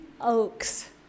oaks